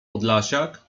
podlasiak